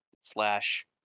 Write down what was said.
slash